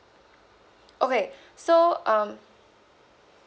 okay so um